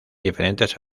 diferentes